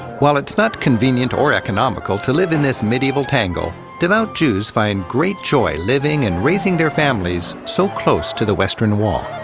while it's not convenient or economical to live in this medieval tangle, devout jews find great joy living and raising their families so close to the western wall.